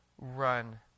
run